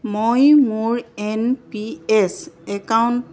মই মোৰ N P S account